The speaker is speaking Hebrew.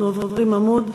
אנחנו עוברים עמוד,